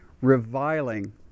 reviling